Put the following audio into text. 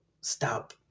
stop